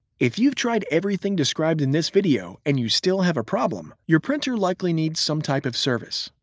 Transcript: if you've tried everything described in this video and you still have a problem, your printer likely needs some type of service.